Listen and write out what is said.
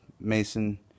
Mason